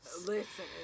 Listen